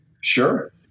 Sure